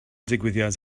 digwyddiad